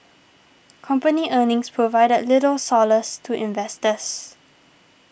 company earnings provided little solace to investors